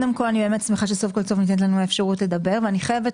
אני באמת שמחה שסוף כל סוף ניתנת לנו ההזדמנות לדבר ואני חייבת